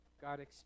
God